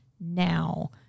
now